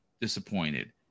disappointed